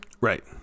Right